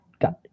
got